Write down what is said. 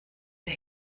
der